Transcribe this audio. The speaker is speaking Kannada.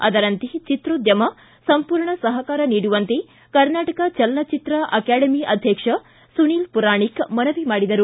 ಅದರಂತೆ ಚಿತ್ರೋದ್ದಮ ಸಂಪೂರ್ಣ ಸಹಕಾರ ನೀಡುವಂತೆ ಕರ್ನಾಟಕ ಚಲನಚಿತ್ರ ಅಕಾಡೆಮಿ ಅಧ್ಯಕ್ಷ ಸುನೀಲ್ ಪುರಾಣೆಕ್ ಮನವಿ ಮಾಡಿದರು